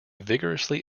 vigorously